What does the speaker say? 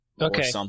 Okay